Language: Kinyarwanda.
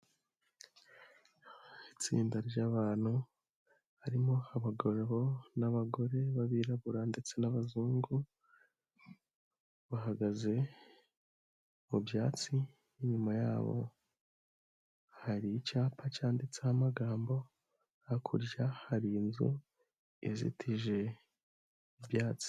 Itsinda ry'a'abantu harimo abagabo n'abagore b'abirabura, ndetse n'abazungu bahagaze mu byatsi, inyuma yabo hari icyapa cyanditseho amagambo, hakurya hari inzu izitije mubyatsi.